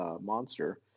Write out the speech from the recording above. monster